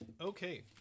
Okay